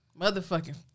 motherfucking